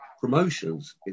promotions